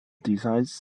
designs